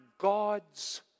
God's